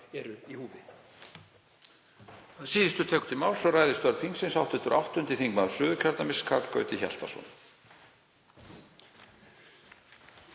eru í húfi.